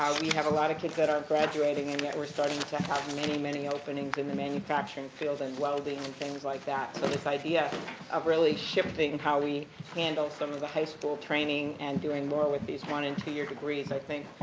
we have a lot of kids that are graduating and that we're starting to have many, many openings in the manufacturing field and welding and things like that. so, this idea of really shifting how we handle some of the high school training and doing more with these one and two-year degrees, i think,